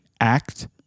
act